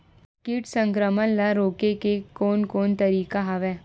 कीट संक्रमण ल रोके के कोन कोन तरीका हवय?